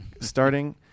starting